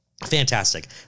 Fantastic